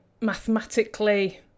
mathematically